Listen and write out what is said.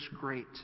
great